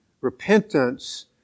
Repentance